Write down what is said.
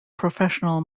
professional